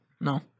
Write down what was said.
No